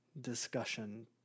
discussion